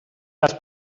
las